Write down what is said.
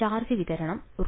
charge വിതരണം ρ